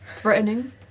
threatening